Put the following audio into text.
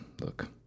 look